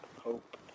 hope